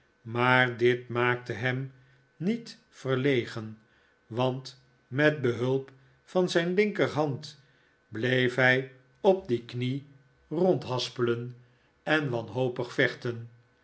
maar dit maakte hem niet verlegen want met behulp van zijn linkerhand bleef hij op die knie rondhaspelen en wanhopig vechten